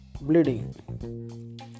bleeding